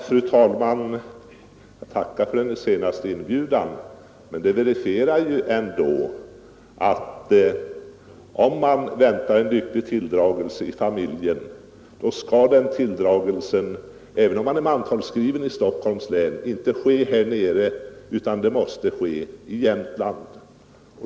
Fru talman! Jag tackar för den senaste inbjudan. Den verifierar ändå 111 att ni har den målsättningen att en lycklig tilldragelse i familjen inte skall ske i Stockholms län — även om föräldrarna är mantalsskrivna här nere — utan de måste flytta exempelvis till Jämtland.